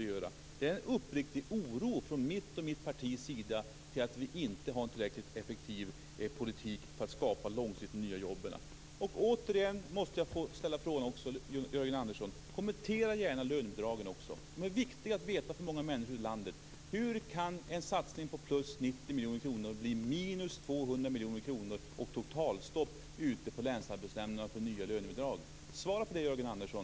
Det är en uppriktig oro från mig och mitt partis sida över att vi inte har en tillräckligt effektiv politik för att skapa långsiktigt nya jobb. Jag måste återigen be Jörgen Andersson: Kommentera lönebidragen. Det är viktigt för många människor i landet att veta hur en satsning på plus 90 miljoner kronor blir minus 200 miljoner kronor och totalstopp på länsarbetsnämnderna för nya lönebidrag. Svara på det, Jörgen Andersson.